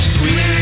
Sweet